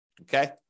Okay